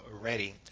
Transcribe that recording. ready